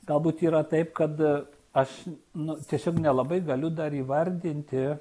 galbūt yra taip kad aš nu tiesiog nelabai galiu dar įvardinti